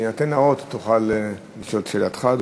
בהינתן האות תוכל לשאול את שאלתך,